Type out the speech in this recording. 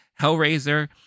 Hellraiser